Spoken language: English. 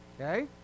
Okay